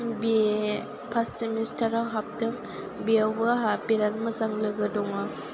बि ए फार्स्ट सेमिस्टाराव हाबदों बेयावबो आहा बिराद मोजां लोगो दङ